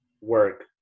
work